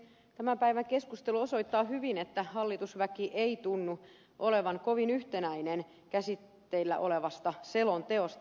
tämän päivän keskustelu osoittaa hyvin että hallitusväki ei tunnu olevan kovin yhtenäinen käsitteillä olevasta selonteosta